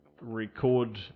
record